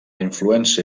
influència